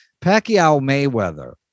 Pacquiao-Mayweather